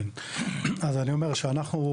אז אני אומר שאנחנו,